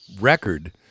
record